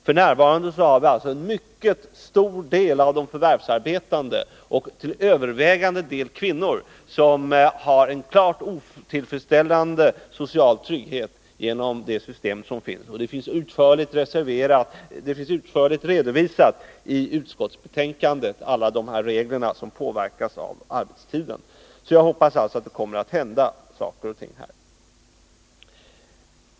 F. n. har en mycket stor del av de förvärvsarbetande — och till övervägande delen kvinnor — en klart otillfredsställande social trygghet genom det system som finns. Och i utskottets betänkande finns alla de regler redovisade som påverkas av arbetstiderna. Jag hoppas alltså att det kommer att hända saker och ting här.